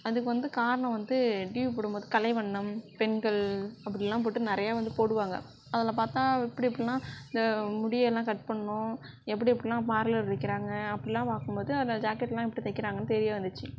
அதுக்கு வந்து காரணம் வந்து டியூ போடும் போது கலைவண்ணம் பெண்கள் அப்படினுலாம் போட்டு நிறைய வந்து போடுவாங்க அதில் பார்த்தா எப்படி எப்படிலாம் முடியெல்லாம் கட் பண்ணணும் எப்படி எப்படியெல்லாம் பார்லர் வைக்குறாங்க அப்படிலாம் பார்க்கும் போது அதை ஜாக்கெட்லாம் எப்படி தைக்கிறாங்கனு தெரிய வந்துச்சு